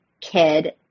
kid